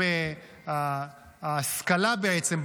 ההשכלה בעצם,